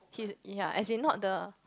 he's ya as in not the